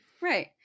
Right